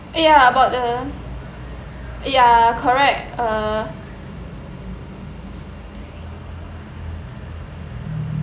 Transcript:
yeah but err yeah correct err